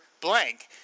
Blank